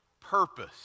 Purpose